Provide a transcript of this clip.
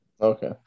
okay